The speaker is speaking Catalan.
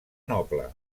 noble